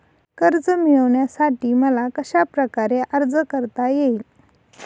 कर्ज मिळविण्यासाठी मला कशाप्रकारे अर्ज करता येईल?